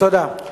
תודה.